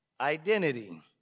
identity